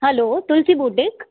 हलो Tulsi boutique